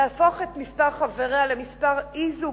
להפוך את מספר חבריה למספר אי-זוגי,